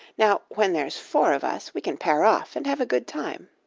now when there's four of us we can pair off and have a good time.